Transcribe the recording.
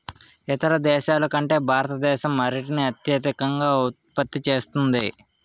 ఇతర దేశాల కంటే భారతదేశం అరటిని అత్యధికంగా ఉత్పత్తి చేస్తుంది